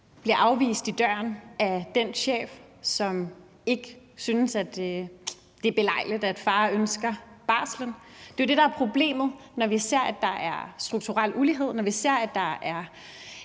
bliver afvist i døren af den chef, som ikke synes, at det er belejligt, at far ønsker barsel. Det er jo det, der er problemet, når vi ser, at der er strukturel ulighed, og når vi ser, at der er